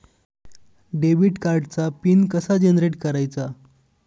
Debit कार्डचा PIN कसा generate करायचा?